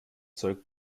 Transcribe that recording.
zeug